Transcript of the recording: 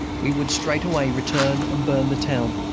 we would straightway return and burn the town,